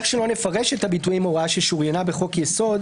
איך שלא נפרש את הביטויים "הוראה ששוריינה בחוק-יסוד",